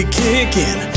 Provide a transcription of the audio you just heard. kicking